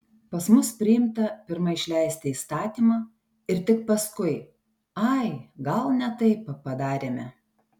pas mus priimta pirma išleisti įstatymą ir tik paskui ai gal ne taip padarėme